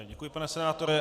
Děkuji panu senátore.